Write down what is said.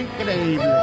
Increíble